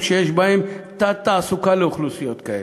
שיש בהם תת-תעסוקה לאוכלוסיות כאלה.